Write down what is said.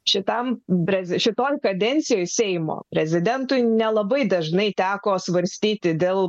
šitam šitoj kadencijoje seimo prezidentui nelabai dažnai teko svarstyti dėl